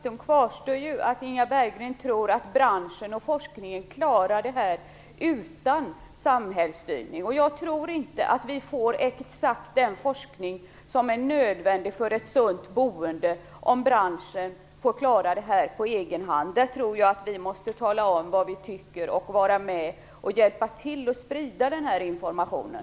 Herr talman! Faktum kvarstår att Inga Berggren tror att branschen och forskningen klarar det här utan samhällsstyrning. Jag tror inte att vi får exakt den forskning som är nödvändig för ett sunt boende om branschen får klara detta på egen hand. Jag tror att vi måste tala om vad vi tycker och vara med och hjälpa till att sprida den här informationen.